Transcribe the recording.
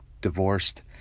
divorced